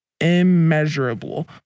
immeasurable